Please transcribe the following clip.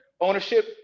Ownership